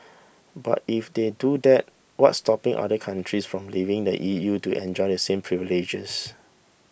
but if they do that what's stopping other countries from leaving the EU to enjoy the same privileges